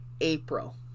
April